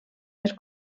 més